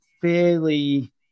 fairly